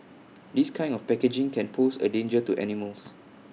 this kind of packaging can pose A danger to animals